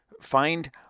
Find